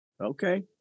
Okay